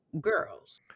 girls